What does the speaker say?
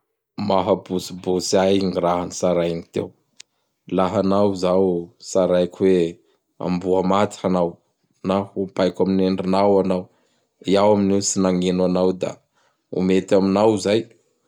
Mahabotsibotsy ahy gn raha gn tsarainy teo. Laha hanao zao tsaraiko hoe amboa maty hanao na hopaiko am Endrinao anao. Iao amin'io tsy nagnino anao; da o mety aminao zay?